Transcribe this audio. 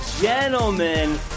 gentlemen